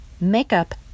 Makeup